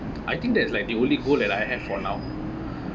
I think that's like the only goal that I had for now